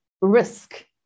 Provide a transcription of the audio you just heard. risk